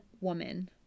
woman